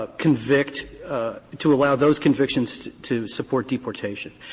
ah convict to allow those convictions to to support deportation.